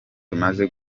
tumaze